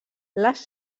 les